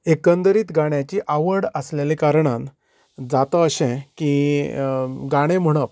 एकंदरीत गाण्याचे आवड आसलेले कारणान जाता अशें की गाणे म्हणप